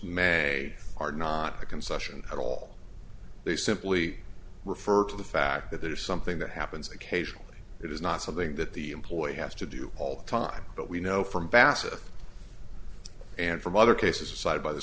may are not a concession at all they simply refer to the fact that there is something that happens occasionally it is not something that the employee has to do all the time but we know from bassett and from other cases cited by th